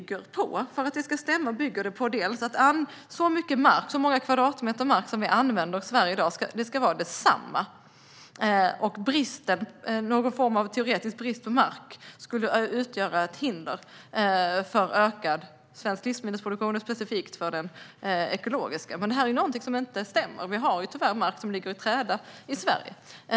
För att det ska stämma bygger det på att antalet kvadratmeter mark som vi använder i dag förblir detsamma och att en teoretisk brist på mark utgör ett hinder för ökad svensk livsmedelsproduktion, specifikt den ekologiska. Men här är det något som inte stämmer - vi har ju tyvärr mark som ligger i träda i Sverige.